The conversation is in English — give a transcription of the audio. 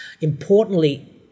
Importantly